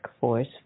Force